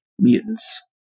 mutants